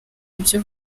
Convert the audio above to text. ibyo